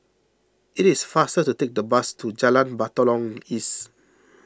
it is faster to take the bus to Jalan Batalong East